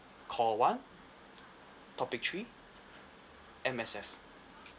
call one topic three M_S_F